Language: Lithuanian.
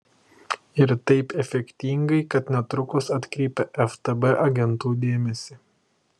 ir taip efektingai kad netrukus atkreipia ftb agentų dėmesį